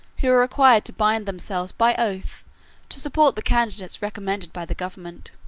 who were required to bind themselves by oath to support the candidates recommended by the government.